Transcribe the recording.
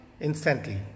instantly